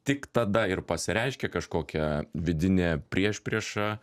tik tada ir pasireiškia kažkokia vidinė priešprieša